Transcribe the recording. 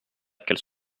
qu’elle